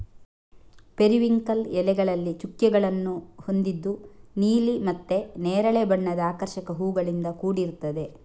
periwinkle ಎಲೆಗಳಲ್ಲಿ ಚುಕ್ಕೆಗಳನ್ನ ಹೊಂದಿದ್ದು ನೀಲಿ ಮತ್ತೆ ನೇರಳೆ ಬಣ್ಣದ ಆಕರ್ಷಕ ಹೂವುಗಳಿಂದ ಕೂಡಿರ್ತದೆ